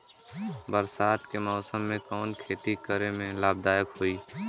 बरसात के मौसम में कवन खेती करे में लाभदायक होयी?